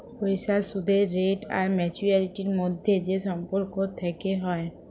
পইসার সুদের রেট আর ম্যাচুয়ারিটির ম্যধে যে সম্পর্ক থ্যাকে হ্যয়